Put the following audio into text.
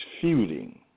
feuding